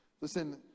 Listen